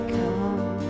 come